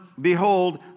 Behold